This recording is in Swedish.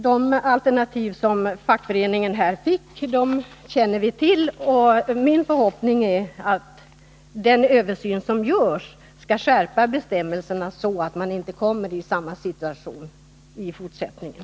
De alternativ som fackföreningen fick känner vi till, och min förhoppning är att den översyn som görs skall leda till att bestämmelserna skärps, så att man inte skall behöva komma i samma situation i fortsättningen.